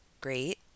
great